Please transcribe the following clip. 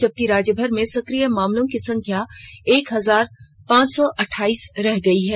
जबकि राज्य भर में सक्रिय मामलों की संख्या एक हजार पांच सौ अठाईस रह गई है